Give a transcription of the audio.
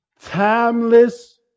timeless